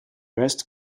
best